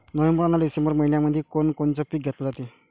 November अन December मइन्यामंधी कोण कोनचं पीक घेतलं जाते?